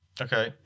Okay